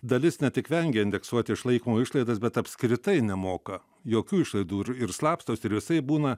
dalis ne tik vengia indeksuoti išlaikymo išlaidas bet apskritai nemoka jokių išlaidų ir ir slapstosi ir visaip būna